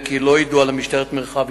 פנים ביום ב' בניסן התש"ע (17 במרס 2010):